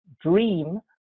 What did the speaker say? dream